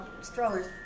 strollers